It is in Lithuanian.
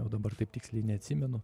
o dabar taip tiksliai neatsimenu